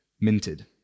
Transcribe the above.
minted